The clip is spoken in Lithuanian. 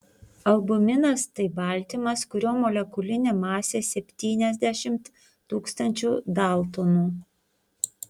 albuminas tai baltymas kurio molekulinė masė septyniasdešimt tūkstančių daltonų